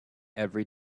every